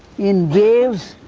in waves,